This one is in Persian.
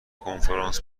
کنفرانس